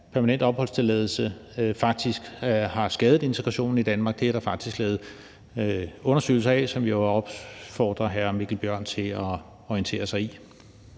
permanent opholdstilladelse, faktisk har skadet integrationen i Danmark, og de undersøgelser vil jeg opfordre hr. Mikkel Bjørn til at orientere sig i.